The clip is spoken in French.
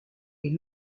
est